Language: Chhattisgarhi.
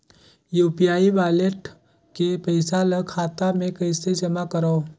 यू.पी.आई वालेट के पईसा ल खाता मे कइसे जमा करव?